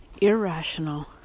irrational